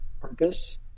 purpose